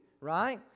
right